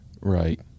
Right